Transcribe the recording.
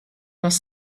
nos